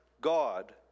God